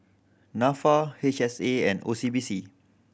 Nafa H S A and O C B C